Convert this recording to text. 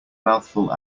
mouthful